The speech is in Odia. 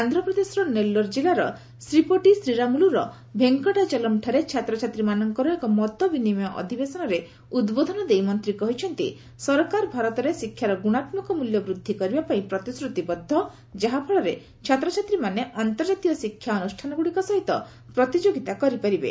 ଆନ୍ଧ୍ରପ୍ରଦେଶର ନେଲ୍ଲୋର ଜିଲ୍ଲାର ଶ୍ରୀ ପୋଟି ଶ୍ରୀରାମୁଲୁର ଭେଙ୍କଟାଚଲମ୍ଠାରେ ଛାତ୍ରଛାତ୍ରୀମାନଙ୍କର ଏକ ମତବିନିମୟ ଅଧିବେଶନରେ ଉଦ୍ବୋଧନ ଦେଇ ମନ୍ତ୍ରୀ କହିଛନ୍ତି ସରକାର ଭାରତରେ ଶିକ୍ଷାର ଗୁଣାତ୍ମକ ମୂଲ୍ୟ ବୃଦ୍ଧି କରିବା ପାଇଁ ପ୍ରତିଶ୍ରତିବଦ୍ଧ ଯାହାଫଳରେ ଛାତ୍ରଛାତ୍ରୀମାନେ ଅନ୍ତର୍ଜାତୀୟ ଶିକ୍ଷା ଅନୁଷ୍ଠାନଗୁଡ଼ିକ ସହିତ ପ୍ରତିଯୋଗିତା କରିପାରିବେ